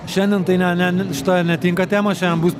šiandien tai ne ne šita netinka tema šiandien bus